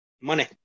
Money